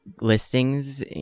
listings